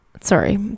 Sorry